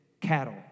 cattle